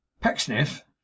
Pecksniff